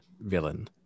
villain